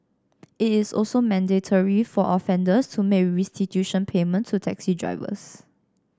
it is also mandatory for offenders to make restitution payment to taxi drivers